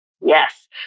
Yes